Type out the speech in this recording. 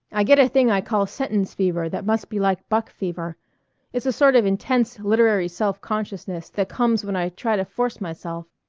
i get a thing i call sentence-fever that must be like buck-fever it's a sort of intense literary self-consciousness that comes when i try to force myself.